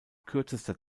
kürzester